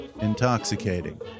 intoxicating